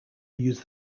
used